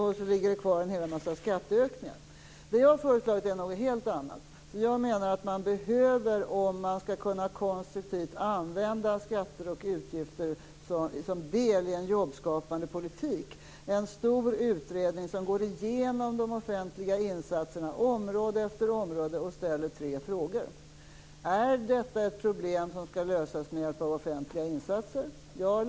Sedan ligger det kvar en massa skatteökningar. Det jag har föreslagit är något helt annat, som jag menar att man behöver om man konstruktivt skall kunna använda skatter och utgifter som del i en jobbskapande politik. Jag talar om en stor utredning som går igenom de offentliga insatserna på område efter område och ställer tre frågor. Den första frågan lyder: Är detta ett problem som skall lösas med hjälp av offentliga insatser - ja eller nej?